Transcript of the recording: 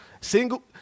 Single